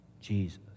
Jesus